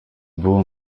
było